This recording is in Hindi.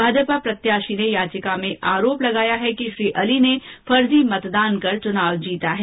भाजपा प्रत्याशी ने याचिका में आरोप लगाया है कि श्री अली ने फर्जी मतदान कर चुनाव जीता है